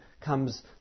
comes